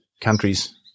countries